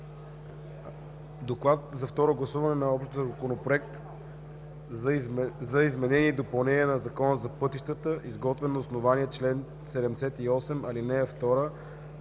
„Доклад за второ гласуване на Общ законопроект за изменение и допълнение на Закона за пътищата, изготвен на основание чл. 78, ал. 2